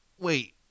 wait